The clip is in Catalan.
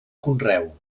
conreu